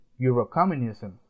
Eurocommunism